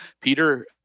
Peter